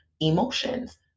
emotions